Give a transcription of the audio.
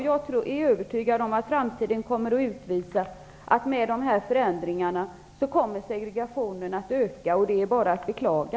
Jag är övertygad om att framtiden kommer att utvisa att segregationen kommer att öka med dessa förändringar, och det är bara att beklaga.